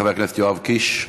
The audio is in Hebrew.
חבר הכנסת יואב קיש,